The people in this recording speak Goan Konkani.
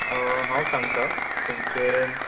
हांव सांगतां तुमचें